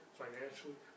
financially